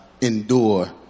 endure